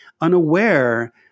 unaware